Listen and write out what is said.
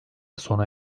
sona